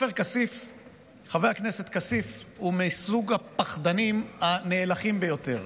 חבר הכנסת כסיף הוא מסוג הפחדנים הנאלחים ביותר,